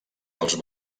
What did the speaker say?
dels